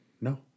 No